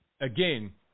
again